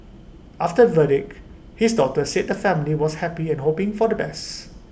after verdict his daughter said the family was happy and hoping for the best